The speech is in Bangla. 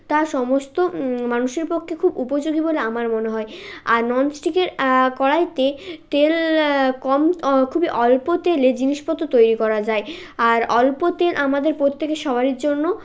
তা সমস্ত মানুষের পক্ষে খুব উপযোগী বলে আমার মনে হয় আর ননস্টিকের কড়াইতে তেল কম খুবই অল্প তেলে জিনিসপত্র তৈরি করা যায় আর অল্প তেল আমাদের প্রত্যেকের সবারই জন্য